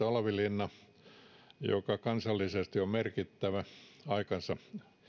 olavinlinna on kansallisesti merkittävä aikansa